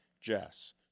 Jess